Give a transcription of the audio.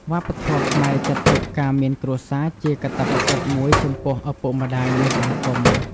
វប្បធម៌ខ្មែរចាត់ទុកការមានគ្រួសារជាកាតព្វកិច្ចមួយចំពោះឪពុកម្តាយ និងសង្គម។